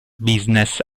business